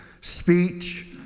speech